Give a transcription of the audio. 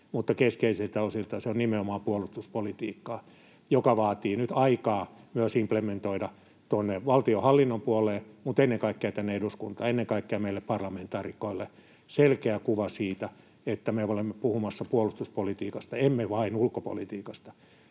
keskeisiltä osiltaan se on nimenomaan puolustuspolitiikkaa, joka vaatii nyt aikaa myös implementoida tuonne valtionhallinnon puoleen mutta ennen kaikkea tänne eduskuntaan — ennen kaikkea meille parlamentaarikoille selkeä kuva siitä, että me olemme puhumassa puolustuspolitiikasta, emme vain ulkopolitiikasta.